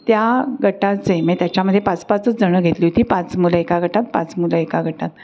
त्या गटाचे मग त्याच्यामध्ये पाच पाचच जण घेतली होती पाच मुलं एका गटात पाच मुलं एका गटात